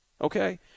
Okay